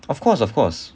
of course of course